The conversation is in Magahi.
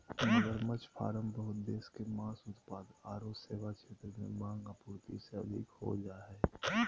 मगरमच्छ फार्म बहुत देश मे मांस उत्पाद आरो सेवा क्षेत्र में मांग, आपूर्ति से अधिक हो जा हई